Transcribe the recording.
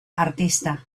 artista